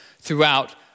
throughout